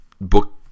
book